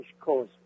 cause